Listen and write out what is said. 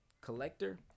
collector